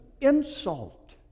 insult